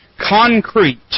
Concrete